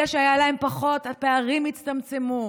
אלה שהיה להם פחות, הפערים הצטמצמו.